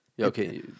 Okay